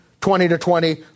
twenty-to-twenty